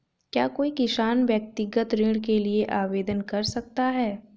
क्या कोई किसान व्यक्तिगत ऋण के लिए आवेदन कर सकता है?